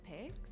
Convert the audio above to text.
pigs